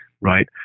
right